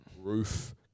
Roof